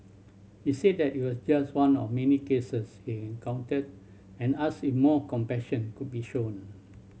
he said that it was just one of many cases he encountered and asked if more compassion could be shown